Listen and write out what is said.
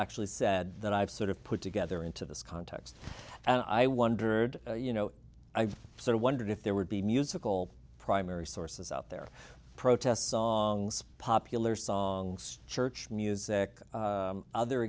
actually said that i've sort of put together into this context and i wondered you know i've sort of wondered if there would be musical primary sources out there protest songs popular songs church music other